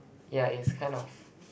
yeah it's kind of